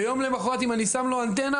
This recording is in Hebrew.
ויום למוחרת אם אני שם לו אנטנה,